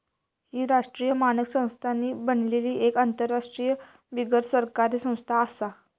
ही राष्ट्रीय मानक संस्थांनी बनलली एक आंतरराष्ट्रीय बिगरसरकारी संस्था आसा